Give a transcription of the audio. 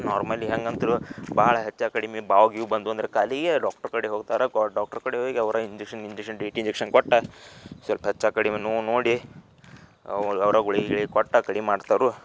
normally ಹೆಂಗೆ ಅಂತೀರೋ ಭಾಳ ಹೆಚ್ಚು ಕಡಿಮೆ ಬಾವು ಗೀವು ಬಂದವು ಅಂದ್ರೆ ಕಾಲಿಗೆ ಡಾಕ್ಟ್ರ್ ಕಡೆ ಹೋಗ್ತಾರೆ ಕೋ ಡಾಕ್ಟ್ರ ಕಡೆ ಹೋಗಿ ಅವ್ರು ಇಂಜೆಶನ್ ಗಿಂಜೆಶನ್ ಟಿ ಟಿ ಇಂಜೆಕ್ಷನ್ ಕೊಟ್ಟು ಸ್ವಲ್ಪ ಹೆಚ್ಚು ಕಡಿಮೆ ನೋವು ನೋಡಿ ಅವು ಅವ್ರು ಗುಳಿಗೆ ಗಿಳಗೆ ಕೊಟ್ಟು ಕಡಿಮೆ ಮಾಡ್ತಾರೆ